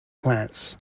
plants